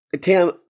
Tam